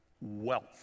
wealth